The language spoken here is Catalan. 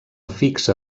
fixa